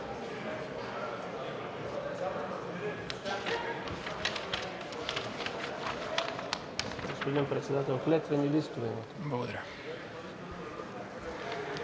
Благодаря